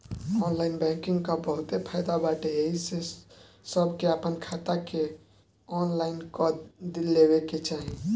online banking कअ बहुते फायदा बाटे एही से सबके आपन खाता के ऑनलाइन कअ लेवे के चाही